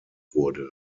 wurde